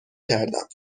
کردم